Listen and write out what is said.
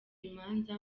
imanza